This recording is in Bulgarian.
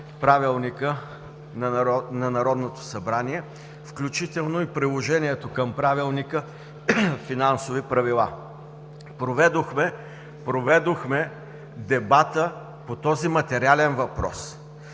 Правилника на Народното събрание, включително и приложението към него – Финансовите правила. Проведохме дебата по този материален въпрос.